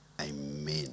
Amen